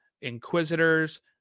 inquisitors